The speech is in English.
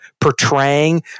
Portraying